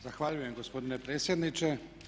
Zahvaljujem gospodine predsjedniče.